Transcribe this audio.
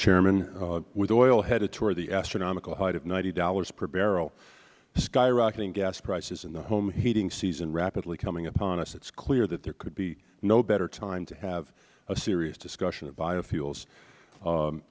chairman with oil headed toward the astronomical height of ninety dollars per barrel the skyrocket gas prices in the home heating season rapidly coming upon us it is clear that there could be no better time to have a serious discussion of biofuels